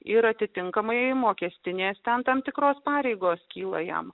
ir atitinkamai mokestinės ten tam tikros pareigos kyla jam